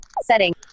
setting